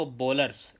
bowlers